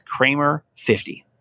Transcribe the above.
Kramer50